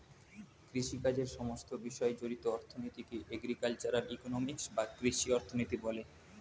কৃষিকাজের সমস্ত বিষয় জড়িত অর্থনীতিকে এগ্রিকালচারাল ইকোনমিক্স বা কৃষি অর্থনীতি বলে